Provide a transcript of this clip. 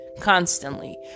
constantly